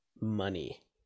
money